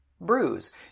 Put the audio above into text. bruise